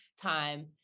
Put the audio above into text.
time